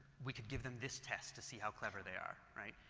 we could give them this test to see how cleaver they are, right?